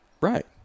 Right